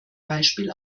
beispiel